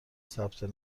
ثبت